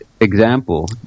example